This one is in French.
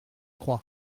crois